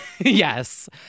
Yes